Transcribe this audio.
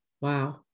wow